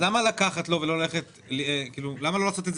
למה לא לעשות את זה